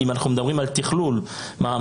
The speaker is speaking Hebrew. אם אנחנו מדברים על תכלול מאמצים,